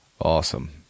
Awesome